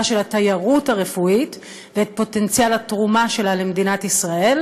של התיירות הרפואית ואת פוטנציאל התרומה שלה למדינת ישראל,